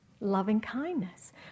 loving-kindness